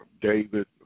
David